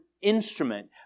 instrument